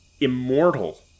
immortal